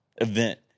event